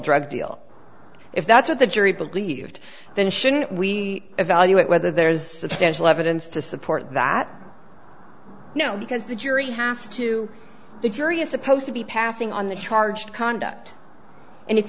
drug deal if that's what the jury believed then shouldn't we evaluate whether there's substantial evidence to support that now because the jury has to the jury is supposed to be passing on the charge conduct and if